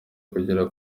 kugera